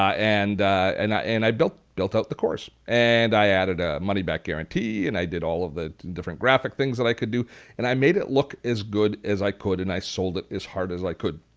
i and and i and built built out the course. and i added a money-back guarantee. and i did all of the different graphic things that i could do and i made it look as good as i could and i sold it as hard as i could.